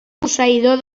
posseïdor